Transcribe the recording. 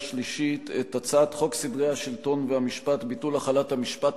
השלישית את הצעת חוק סדרי השלטון והמשפט (ביטול החלת המשפט,